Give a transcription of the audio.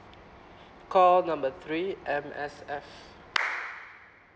call number three M_S_F